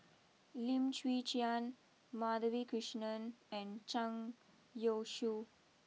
Lim Chwee Chian Madhavi Krishnan and Zhang Youshuo